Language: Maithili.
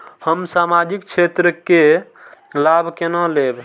हम सामाजिक क्षेत्र के लाभ केना लैब?